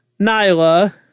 Nyla